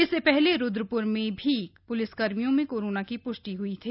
इससे पहले रूद्रपुर में भी पुलिसकर्मियों में कोरोना की पुष्टि ह्ई थी